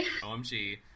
OMG